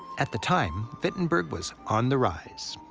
at the time, wittenberg was on the rise.